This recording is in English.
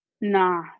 Nah